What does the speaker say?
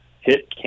hit